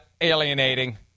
alienating